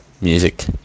music